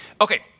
Okay